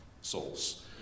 souls